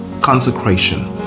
consecration